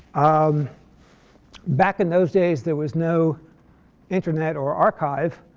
um back in those days there was no internet or archive.